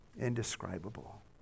indescribable